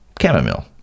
chamomile